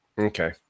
Okay